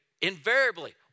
invariably